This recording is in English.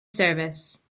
service